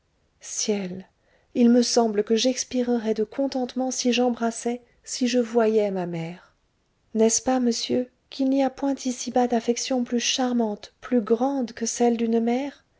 ciel il me semble que j'expirerais de contentement si j'embrassais si je voyais ma mère n'est-ce pas monsieur qu'il n'y a point ici-bas d'affection plus charmante plus grande que celle d'une mère